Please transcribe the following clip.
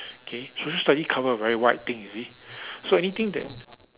K social study cover a very wide thing you see so anything that